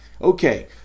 Okay